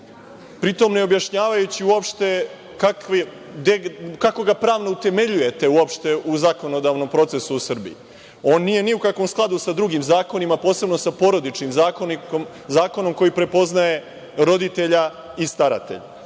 pri tom ne objašnjavajući uopšte kako ga pravno utemeljujete u zakonodavnom procesu u Srbiji. On nije ni u kakvom skladu sa drugim zakonima, posebno sa Porodičnim zakonom, koji prepoznaje roditelja i staratelja. Dakle,